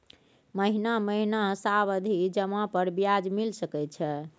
महीना महीना सावधि जमा पर ब्याज मिल सके छै?